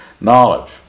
knowledge